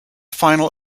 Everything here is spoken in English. final